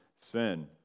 sin